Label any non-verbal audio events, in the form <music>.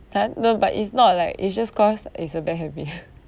but then no but it's not like it's just cause it's a bad habit ah <breath>